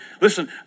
listen